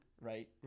right